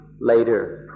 later